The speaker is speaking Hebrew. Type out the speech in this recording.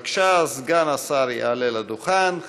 בבקשה, סגן השר יעלה לדוכן.